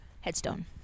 headstone